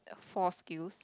four skills